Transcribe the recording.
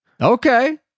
Okay